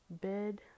Bed